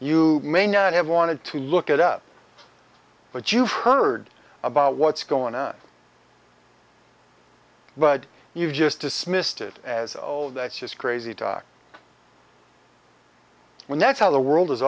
you may not have wanted to look it up but you've heard about what's going on but you just dismissed it as old that's just crazy talk when that's how the world